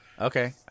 Okay